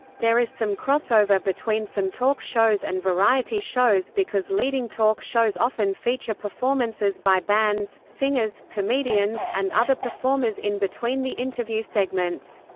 there is some crossover between some talk shows and variety shows because leading talk shows often feature performances by bands, singers, comedians, and other performers in between the interview segments.